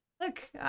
look